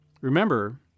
Remember